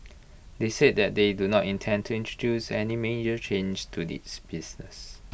they said that they do not intend to introduce any major changes to its business